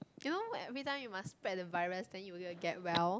you know everytime you must spread the virus then you will get well